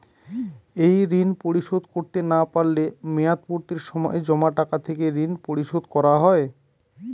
এই ঋণ পরিশোধ করতে না পারলে মেয়াদপূর্তির সময় জমা টাকা থেকে ঋণ পরিশোধ করা হয়?